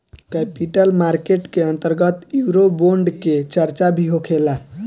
capital market के अंतर्गत Eurobond के चार्चा भी होखेला